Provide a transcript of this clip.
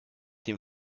dem